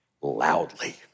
loudly